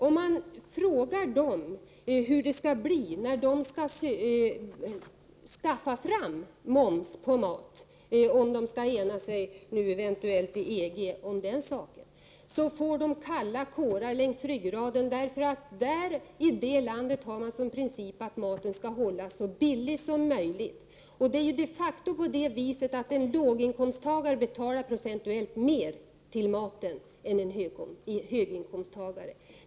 Om man frågar engelsmännen hur det skall bli, när de eventuellt inom ramen för EG skall ena sig om att införa moms på mat, går det kalla kårar längs ryggraden på dem. I England har man nämligen som princip att maten skall vara så billig som möjligt. Det är de facto så, att en låginkomsttagare betalar procentuellt mer för maten än en höginkomsttagare.